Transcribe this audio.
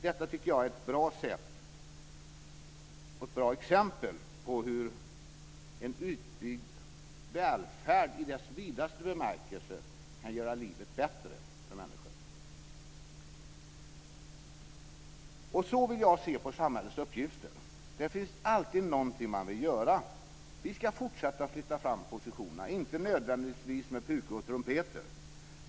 Detta tycker jag är ett bra exempel på hur en utbyggd välfärd i ordets vidaste bemärkelse kan göra livet bättre för människor. Så vill jag se på samhällets uppgifter. Det finns alltid något man vill göra. Vi ska fortsätta att flytta fram positionerna, men inte nödvändigtvis med pukor och trumpeter.